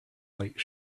light